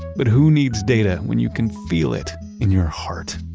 but who needs data when you can feel it in your heart?